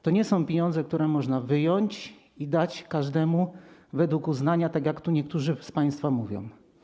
To nie są pieniądze, które można wyjąć i dać każdemu według uznania, tak jak tu niektórzy z państwa mówią.